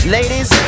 Ladies